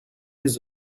his